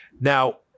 Now